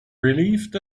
relieved